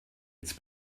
its